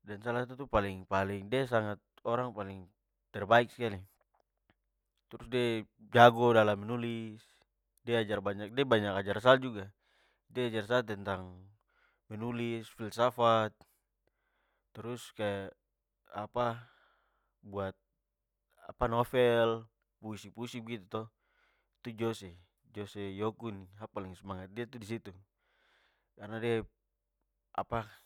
Dan sa lihat itu paling-paling de sangat orang paling terbaik skali. Trus de jago dalam menulis, de ajar banyak de banyak ajar sa juga. De ajar sa tentang menulis filsafat trus kaya apa buat novel apa puisi-puisi begitu to. Itu jose. Jose yoku. Sa paling semangat de disitu karna de apa